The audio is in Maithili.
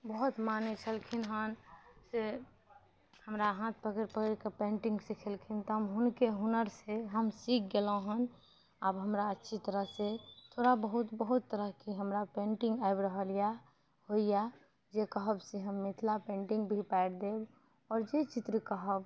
बहुत मानै छलखिन हन से हमरा हाथ पकड़ि पकड़ि कऽ पेन्टिंग सिखेलखिन तऽ हम हुनके हुनर से हम सीख गेलहुॅं हन आब हमरा अच्छी तरह से थोड़ा बहुत बहुत तरहके हमरा पेंटिंग आबि रहल यऽ होइया जे कहब से हम मिथिला पेंटिंग भी पारि देब आओर जे चित्र कहब